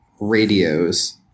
radios